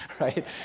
right